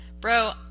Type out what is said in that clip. Bro